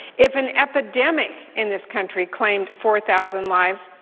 if an epidemic in this country claimed four thousand lives,